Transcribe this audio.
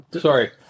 Sorry